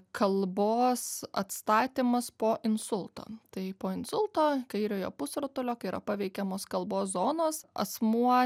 kalbos atstatymas po insulto tai po insulto kairiojo pusrutulio kai yra paveikiamos kalbos zonos asmuo